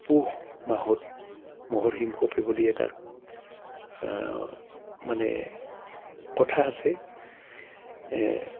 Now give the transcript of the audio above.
পুহ মাহত ম'হৰ শিং কঁপে বুলি এটা মানে কথা আছে